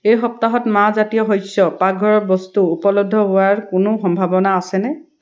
এই সপ্তাহত মাহজাতীয় শস্য পাকঘৰৰ বস্তু উপলব্ধ হোৱাৰ কোনো সম্ভাৱনা আছেনে